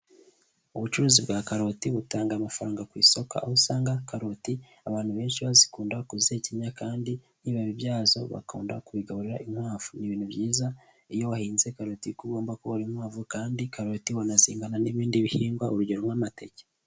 Ubucuruzi bwa karoti butanga amafaranga ku isoko, aho usanga karoti abantu benshi bazikunda kuzihekenya kandi n'ibibabi byazo bakunda kubigaburira inkwavu. Ni ibintu byiza, iyo wahinze karoti ko ugomba korora inkwavu kandi karoti wanazihingana n'ibindi bihingwa, urugero nk'amateke.